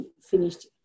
finished